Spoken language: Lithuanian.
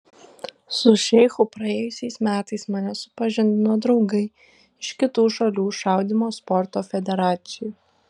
su šeichu praėjusiais metais mane supažindino draugai iš kitų šalių šaudymo sporto federacijų